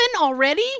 already